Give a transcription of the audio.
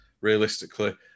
realistically